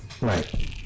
right